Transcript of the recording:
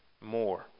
more